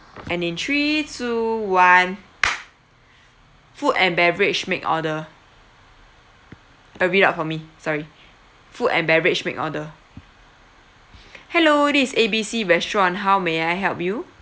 and in three two one food and beverage make order uh read out for me sorry food and beverage make order hello this is A B C restaurant how may I help you